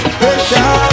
pressure